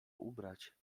ubrać